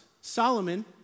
Solomon